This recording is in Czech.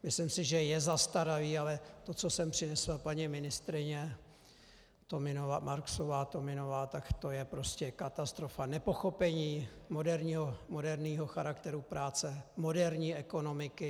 Myslím si, že je zastaralý, ale to, co sem přinesla paní ministryně Marksová Tominová, je prostě katastrofa, nepochopení moderního charakteru práce, moderní ekonomiky.